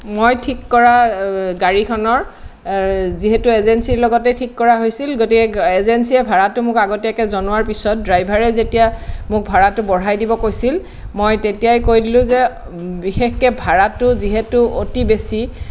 মই ঠিক কৰা গাড়ীখনৰ যিহেতু এজেঞ্চীৰ লগতে ঠিক কৰা হৈছিল গতিকে এজেঞ্চীয়ে ভাড়াটো মোক আগতিয়াকৈ জনোৱাৰ পিছত ড্ৰাইভাৰে যেতিয়া ভাড়াটো মোক বঢ়াই দিব কৈছিল মই তেতিয়াই কৈ দিলোঁ যে বিশেষকৈ ভাড়াটো যিহেতু অতি বেছি